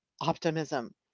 optimism